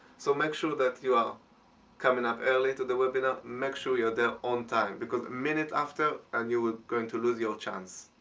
so make sure that you are coming ah early to the webinar, make sure they're on time because a minute after and you are going to lose your chance.